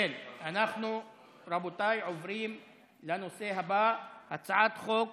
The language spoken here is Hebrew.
אנחנו עוברים לנושא הבא: הצעת חוק